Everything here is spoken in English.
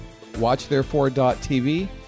WatchTherefore.tv